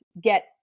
get